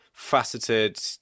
faceted